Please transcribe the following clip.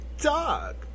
dog